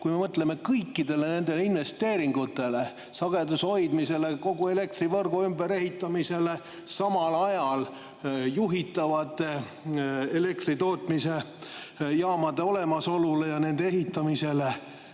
kui me mõtleme kõikidele nendele investeeringutele, sageduse hoidmisele, kogu elektrivõrgu ümberehitamisele, samal ajal juhitava elektri tootmise jaamade olemasolule ja nende ehitamisele.